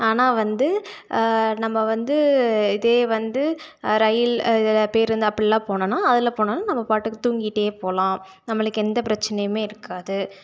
ஆனால் வந்து நம்ம வந்து இதே வந்து ரயில் இது பேருந்து அப்பிடில்லாம் போனோன்னால் அதில் போனாலும் நம்மபாட்டுக்கு தூங்கிட்டே போகலாம் நம்மளுக்கு எந்த பிரச்சினையுமே இருக்காது